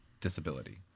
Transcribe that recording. disability